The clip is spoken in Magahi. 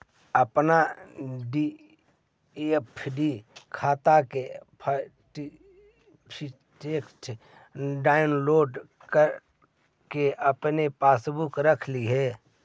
अपन एफ.डी खाता के सर्टिफिकेट डाउनलोड करके अपने पास रख लिहें